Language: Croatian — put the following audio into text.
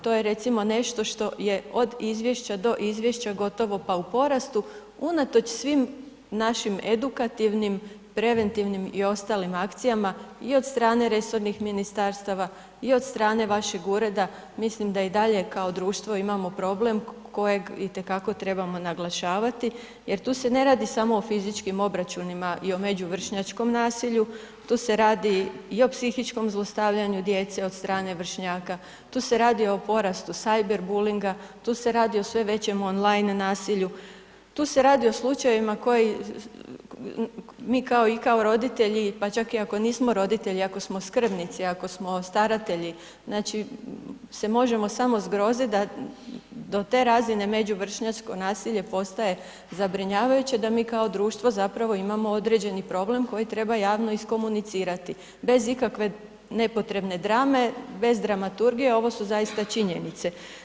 To je recimo, nešto što je od izvješća do izvješća gotovo pa u porastu, unatoč svim našim edukativnim, preventivnim i ostalim akcijama i od strane resornih ministarstava i od strane vašeg ureda, mislim da i dalje kao društvo imamo problem kojeg itekako trebamo naglašavati jer tu se ne radi samo o fizičkim obračunima i o međuvršnjačkom nasilju, tu se radi i o psihičkom zlostavljanju djece od strane vršnjaka, tu se radi o porastu cyberbullyinga, tu se radi o sve većem online nasilju, tu se radi o slučajevima koji mi kao i kao roditelji, pa čak i ako nismo roditelji, ako smo skrbnici, ako smo staratelji, znači se možemo samo zgroziti da do te razine međuvršnjačko nasilje postaje zabrinjavajuće da mi kao društvo zapravo imamo određeni problem koji treba javno iskomunicirati bez ikakve nepotrebne drame, bez dramaturgije, ovo su zaista činjenice.